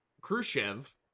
Khrushchev